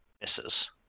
misses